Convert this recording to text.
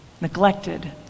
neglected